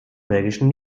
belgischen